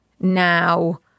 Now